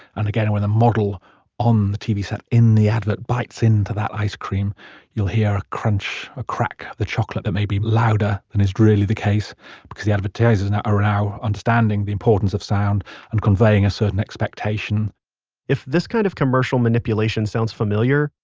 and again when the model on the tv set in the advert bites into that ice cream you'll hear a crunch, a crack, the chocolate may be louder than is really the case because the advertisers are now understanding the importance of sound and conveying a certain expectation if this kind of commercial manipulation sounds familiar,